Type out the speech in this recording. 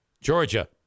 Georgia